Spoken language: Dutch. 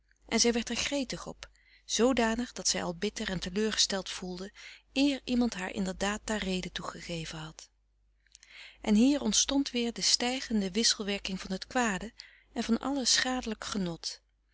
en zij werd er gretig op zoodanig dat zij al bitter en teleurgesteld voelde eer iemand haar inderdaad daar reden toe gegeven had en hier ontstond weer de stijgende wisselwerking van het kwade en van alle schadelijk genot